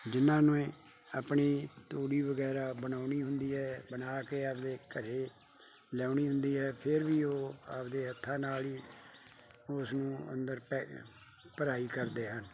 ਜਿਨ੍ਹਾਂ ਨੂੰ ਅ ਆਪਣੀ ਤੂੜੀ ਵਗੈਰਾ ਬਣਾਉਣੀ ਹੁੰਦੀ ਹੈ ਬਣਾ ਕੇ ਆਪਦੇ ਘਰ ਲਿਆਉਣੀ ਹੁੰਦੀ ਹੈ ਫੇਰ ਵੀ ਉਹ ਆਪਦੇ ਹੱਥਾਂ ਨਾਲ ਹੀ ਉਸ ਨੂੰ ਅੰਦਰ ਪੈ ਭਰਾਈ ਕਰਦੇ ਹਨ